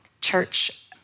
church